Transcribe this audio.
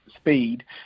speed